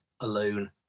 alone